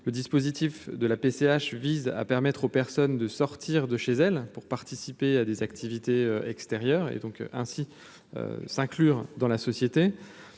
le dispositif de la PCH vise à permettre aux personnes de sortir de chez elle pour participer à des activités extérieures et donc ainsi s'inclure dans la société,